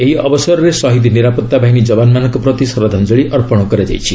ଏହି ଅବସରରେ ଶହୀଦ୍ ନିରାପତ୍ତା ବାହିନୀ ଯବାନମାନଙ୍କ ପ୍ରତି ଶ୍ରଦ୍ଧାଞ୍ଜଳି ଅର୍ପଣ କରାଯାଇଛି